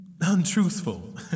untruthful